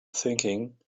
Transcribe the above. thinking